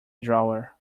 drawer